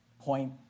point